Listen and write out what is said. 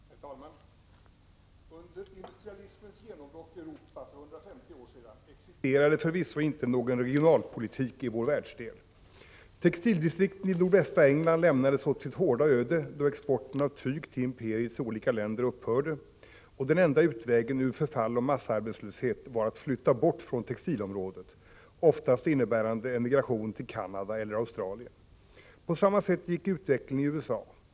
Herr talman! Under industrialismens genombrott i Europa för 150 år sedan existerade förvisso inte någon regionalpolitik i vår världsdel! Textildistrikten i nordvästra England lämnades åt sitt hårda öde, då exporten av tyg till imperiets olika länder upphörde och den enda utvägen ur förfall och massarbetslöshet var att flytta bort från textilområdet, oftast innebärande emigration till Canada eller Australien. På samma sätt gick utvecklingen i USA.